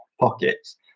pockets